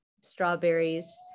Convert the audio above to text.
strawberries